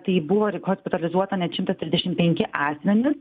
tai buvo ir hospitalizuota net šimtas trisdešim penki asmenys